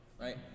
right